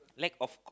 lack of